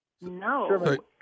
No